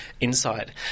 inside